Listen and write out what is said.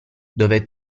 dove